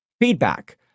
feedback